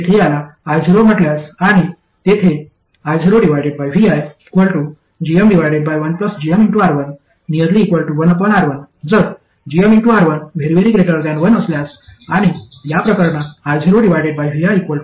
तर मी येथे याला io म्हटल्यास आणि तेथे iovigm1gmR11R1 जर gmR1 1 असल्यास आणि या प्रकरणात iovigm